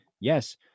yes